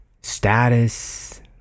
status